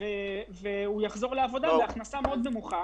אבל עם הכנסה מאוד נמוכה,